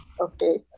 Okay